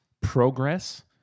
progress